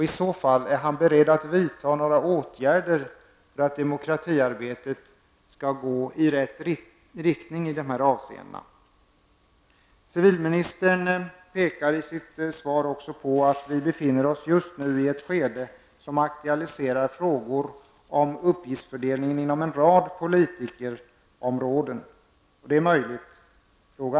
I så fall, är han beredd att vidta några åtgärder för att demokratiarbetet skall gå i rätt riktning? Civilministern pekar i sitt svar på att vi just nu befinner oss i ett skede som aktualiserar frågor om uppgiftsfördelningen inom en rad politikområden. Det är möjligt. Frågan är varför.